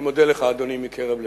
אני מודה לך, אדוני, מקרב לב.